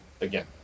again